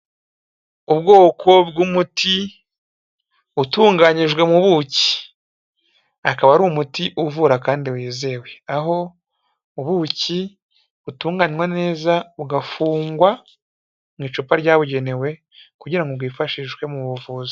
Ubwoko bw'umuti utunganyijwe mu buki, akaba ari umuti uvura kandi wizewe, aho ubuki butunganywa neza bugafungwa mu icupa ryabugenewe kugira ngo bwifashishwe mu buvuzi.